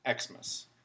Xmas